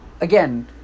again